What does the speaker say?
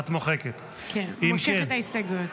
מושכת את ההסתייגויות.